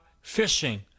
fishing